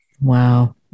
Wow